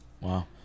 Wow